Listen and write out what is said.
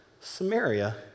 Samaria